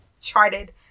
charted